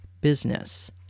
business